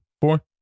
Four